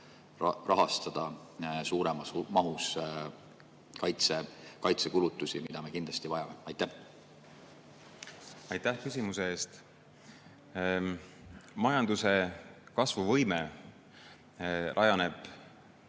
rahastada suuremas mahus kaitsekulutusi? Seda me kindlasti vajame. Aitäh küsimuse eest! Majanduse kasvuvõime rajaneb